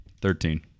thirteen